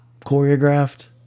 choreographed